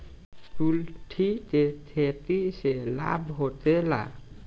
कुलथी के खेती से लाभ होखे?